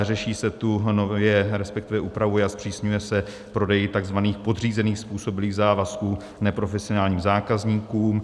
Řeší se tu nově, resp. upravuje a zpřísňuje se prodej takzvaných podřízených způsobilých závazků neprofesionálním zákazníkům.